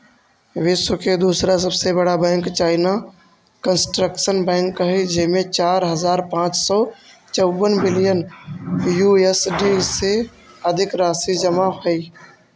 विश्व के दूसरा सबसे बड़ा बैंक चाइना कंस्ट्रक्शन बैंक हइ जेमें चार हज़ार पाँच सौ चउवन बिलियन यू.एस.डी से अधिक राशि जमा हइ